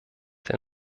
der